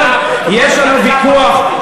יש לנו ויכוח,